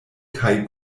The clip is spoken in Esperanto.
kaj